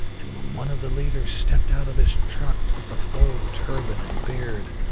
and when one of the leaders stepped out of his truck with the full turban and beard,